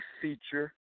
feature